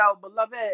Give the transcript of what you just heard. beloved